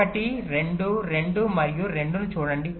X జాప్యం 1 2 2 మరియు 2 చూడండి